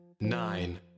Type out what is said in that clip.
nine